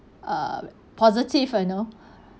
uh positive you know